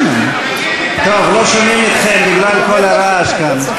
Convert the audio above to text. הפוליטי, טוב, לא שומעים אתכם בגלל כל הרעש כאן.